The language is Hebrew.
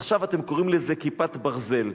עכשיו אתם קוראים לזה "כיפת ברזל".